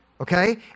okay